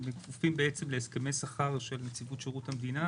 הם כפופים להסכמי שכר של נציבות שירות המדינה.